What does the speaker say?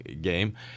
game